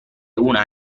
una